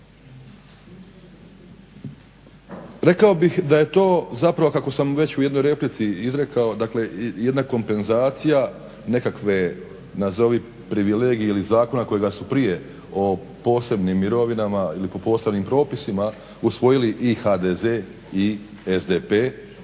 Rekao bih da je to zapravo kako sam već u jednoj replici izrekao, dakle jedna kompenzacija nazovi privilegije ili zakona kojega su prije o posebnim mirovinama ili po posebnim propisima usvojili i HDZ i SDP,